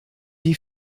die